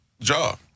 job